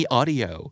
audio